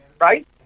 Right